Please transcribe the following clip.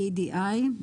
EEDI,